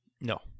no